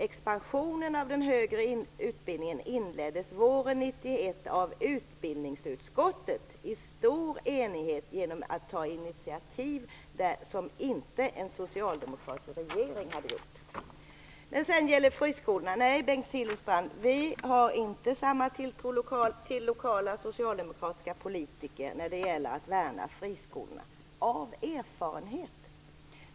Expansionen av den högre utbildningen inleddes våren 1991 av utbildningsutskottet i stor enighet genom att vi tog de initiativ som en socialdemokratisk regering inte hade gjort. Vad gäller friskolorna har vi inte, Bengt Silfverstrand, samma tilltro till lokala socialdemokratiska politiker som ni när det gäller att värna friskolorna, av erfarenhet.